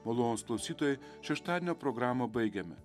malonūs klausytojai šeštadienio programą baigiame